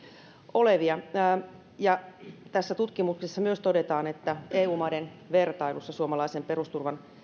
olevia tässä tutkimuksessa myös todetaan että eu maiden vertailussa suomalaisen perusturvan